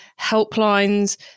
helplines